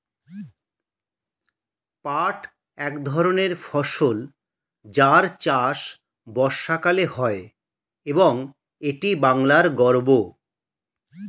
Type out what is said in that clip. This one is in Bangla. পাট এক ধরনের ফসল যার চাষ বর্ষাকালে হয় এবং এটি বাংলার গর্ব